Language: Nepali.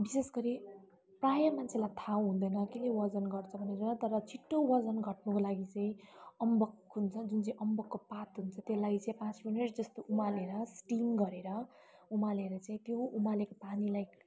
विशेष गरी प्रायः मान्छेलाई थाहा हुँदैन केले वजन घट्छ भनेर तर छिटो वजन घट्नको लागि चाहिँ अम्बक हुन्छ जुन चाहिँ अम्बकको पात हुन्छ त्यसलाई चाहिँ पाँच मिनट जस्तो उमालेर स्टिम गरेर उमालेर चाहिँ त्यो उमालेको पानीलाई